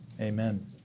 Amen